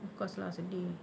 of course lah sedih